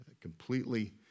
completely